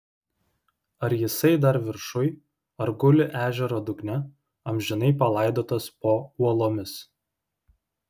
ar jisai dar viršuj ar guli ežero dugne amžinai palaidotas po uolomis